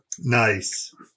Nice